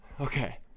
Okay